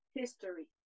history